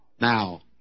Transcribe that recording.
Now